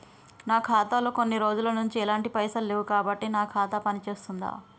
నా ఖాతా లో కొన్ని రోజుల నుంచి ఎలాంటి పైసలు లేవు కాబట్టి నా ఖాతా పని చేస్తుందా?